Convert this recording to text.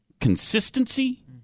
consistency